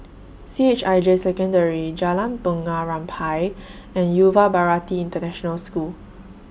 C H I J Secondary Jalan Bunga Rampai and Yuva Bharati International School